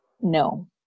No